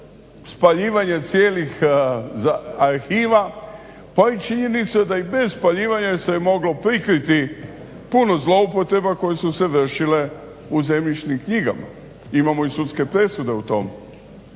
spaljivanje cijelih arhiva pa i činjenica pa i bez spaljivanja se je moglo prikriti puno zloupotreba koje su se vršile u zemljišnim knjigama, imamo i sudske presude u tom